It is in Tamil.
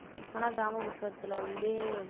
ஆனால் கிராமப்புறத்தில் வந்து